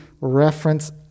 reference